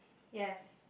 yes